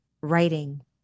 writing